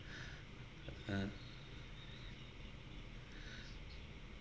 uh